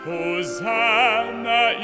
Hosanna